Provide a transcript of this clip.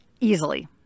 easily